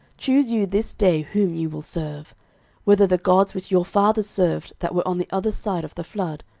choose you this day whom ye will serve whether the gods which your fathers served that were on the other side of the flood,